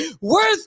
Worth